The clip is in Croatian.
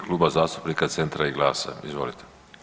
Kluba zastupnika Centra i GLAS-a, izvolite.